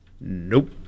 Nope